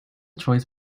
choice